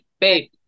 babe